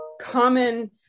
common